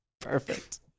Perfect